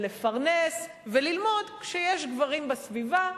ולפרנס וללמוד כשיש גברים בסביבה.